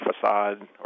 facade